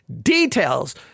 details